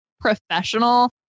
professional